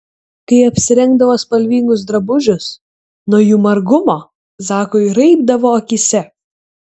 kai apsirengdavo spalvingus drabužius nuo jų margumo zakui raibdavo akyse